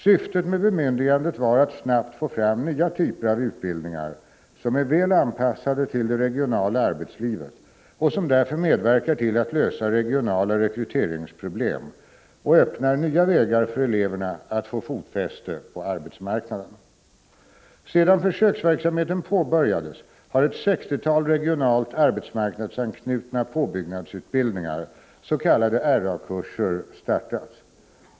Syftet med bemyndigandet var att snabbt få fram nya typer av utbildningar som är väl anpassade till det regionala arbetslivet och som därför medverkar till att lösa regionala rekryteringsproblem och öppnar nya vägar för eleverna att få fotfäste på arbetsmarknaden. Sedan försöksverksamheten påbörjades har ett sextiotal regionalt arbets 113 marknadsanknutna påbyggnadsutbildningar startats.